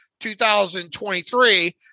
2023